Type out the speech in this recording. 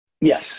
Yes